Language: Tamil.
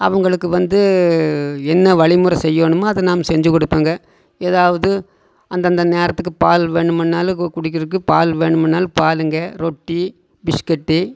அவங்களுக்கு வந்து என்ன வழிமுறை செய்யணுமோ அது நாம் செஞ்சு குடுப்பேங்க ஏதாவது அந்தந்த நேரத்துக்கு பால் வேணுமுன்னாலும் குடிக்கிறதுக்கு பால் வேணுமுன்னாலும் பாலுங்க ரொட்டி பிஸ்கட்டு